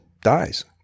dies